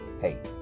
Hey